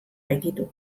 baititu